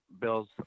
bills